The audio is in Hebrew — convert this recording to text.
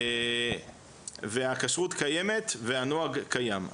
הכשרות קיימת והנוהג קיים.